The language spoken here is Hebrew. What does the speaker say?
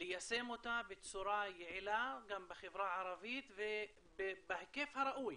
ליישם אותה בצורה יעילה בחברה הערבית ובהיקף הראוי.